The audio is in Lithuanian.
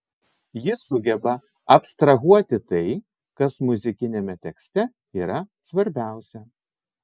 ji sugeba abstrahuoti tai kas muzikiniame tekste yra svarbiausia